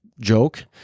joke